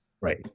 Right